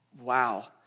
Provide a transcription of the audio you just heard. wow